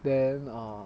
then err